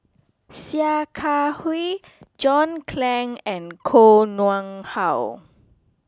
Sia Kah Hui John Clang and Koh Nguang How